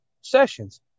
sessions